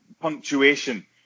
punctuation